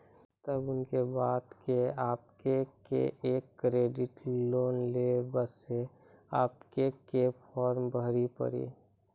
तब उनके बता के आपके के एक क्रेडिट लोन ले बसे आपके के फॉर्म भरी पड़ी?